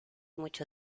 mucho